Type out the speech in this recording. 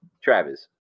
Travis